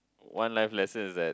one life lesson is that